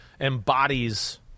Embodies